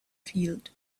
field